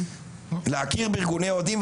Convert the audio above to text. להכיר בארגוני אוהדים,